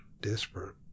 desperate